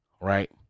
right